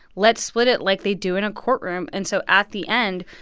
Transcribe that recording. let's split it like they do in a courtroom. and so at the end,